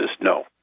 no